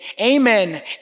Amen